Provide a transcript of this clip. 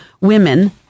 women